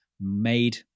made